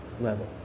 level